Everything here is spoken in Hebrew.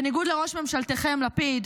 בניגוד לראש ממשלתכם לפיד,